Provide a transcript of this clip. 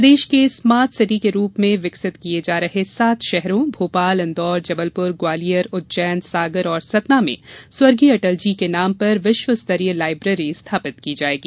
प्रदेश के smart city के रूप में विकसित किये जा रहे सात शहरों भोपाल इंदौर जबलपुर ग्वालियर उज्जैन सागर और सतना में स्वर्गीय अटल जी के नाम पर विश्वस्तरीय लाइब्रेरी स्थापित की जायेगी